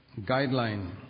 guideline